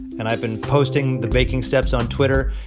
and i've been posting the baking steps on twitter.